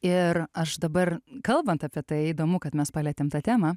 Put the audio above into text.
ir aš dabar kalbant apie tai įdomu kad mes palietėm tą temą